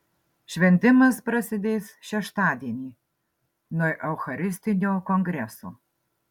šventimas prasidės šeštadienį nuo eucharistinio kongreso